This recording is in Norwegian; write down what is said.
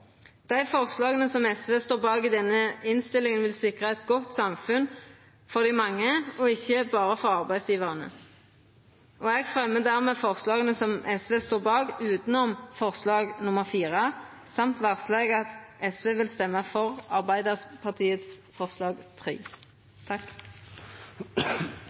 Dei forslaga som SV er med på i denne innstillinga, vil sikra eit godt samfunn for dei mange, ikkje berre for arbeidsgjevarane. Eg varslar at SV vil røysta for Arbeidarpartiets forslag, nr. 3. Arbeidslivskriminalitet, arbeidsgjevarar og verksemder som ikkje har skruplar med å utnytta arbeidstakarar for